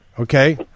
Okay